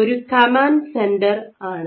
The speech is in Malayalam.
ഒരു കമാൻഡ് സെൻറർ ആണ്